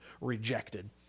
rejected